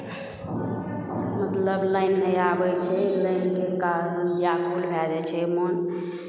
मतलब लाइन नहि आबै छै लाइनके कारण इएह व्याकुल भए जाइ छै मोन